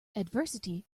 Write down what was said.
adversity